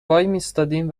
وایمیستادیم